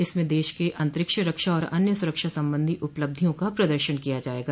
इसमें देश के अंतरिक्ष रक्षा और अन्य सुरक्षा संबंधी उपलब्धियों का प्रदर्शन किया जाएगा